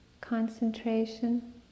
concentration